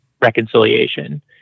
reconciliation